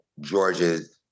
George's